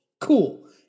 Cool